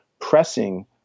pressing